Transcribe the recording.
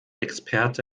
experte